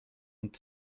und